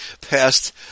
passed